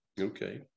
Okay